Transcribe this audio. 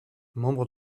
membre